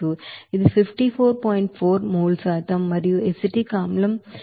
4 mole శాతం మరియు acetic ఆమ్లం దానిలో 45